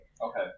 Okay